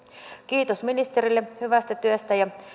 kiitos ministerille hyvästä työstä ja